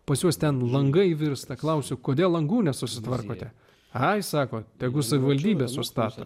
pas juos ten langai virsta klausiau kodėl langų nesusitvarkote ai sako tegu savivaldybė sustabdė